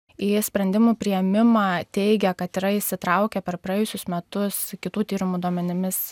į sprendimų priėmimą teigia kad yra įsitraukę per praėjusius metus kitų tyrimų duomenimis